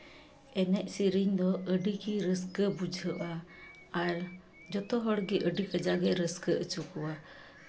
ᱮᱱᱮᱡ ᱥᱮᱨᱮᱧ ᱫᱚ ᱟᱹᱰᱤᱜᱮ ᱨᱟᱹᱥᱠᱟᱹ ᱵᱩᱡᱷᱟᱹᱜᱼᱟ ᱟᱨ ᱡᱚᱛᱚ ᱦᱚᱲᱜᱮ ᱟᱹᱰᱤ ᱠᱟᱡᱟᱠ ᱮ ᱨᱟᱹᱥᱠᱟᱹ ᱦᱚᱪᱚ ᱠᱚᱣᱟ